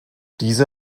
diese